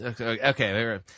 Okay